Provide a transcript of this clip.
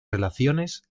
relaciones